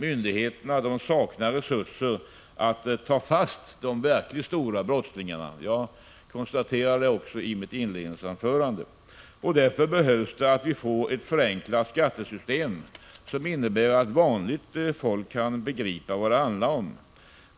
Myndigheterna saknar resurser att ta fast de verkligt stora brottslingarna — jag konstaterade detta också i mitt inledningsanförande — och därför behövs det ett förenklat skattesystem, som innebär att vanligt folk kan begripa vad det handlar om.